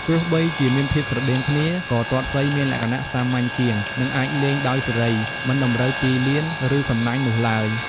ទោះបីជាមានភាពស្រដៀងគ្នា ក៏ទាត់សីមានលក្ខណៈសាមញ្ញជាង និងអាចលេងដោយសេរី មិនតម្រូវទីលាន ឬសំណាញ់នោះឡើយ។